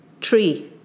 tree